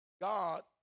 God